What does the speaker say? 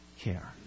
care